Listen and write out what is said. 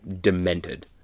demented